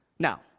Now